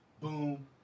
boom